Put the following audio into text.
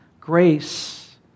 Grace